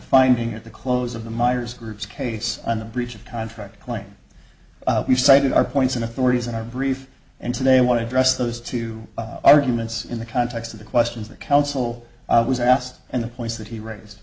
finding at the close of the myers group's case and the breach of contract claim cited our points and authorities in our brief and today i want to address those two arguments in the context of the questions that counsel was asked and the points that he raised